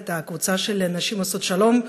את הקבוצה של נשים עושות שלום,